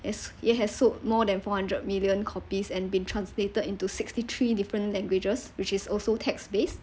yes it has sold more than four hundred million copies and been translated into sixty three different languages which is also text base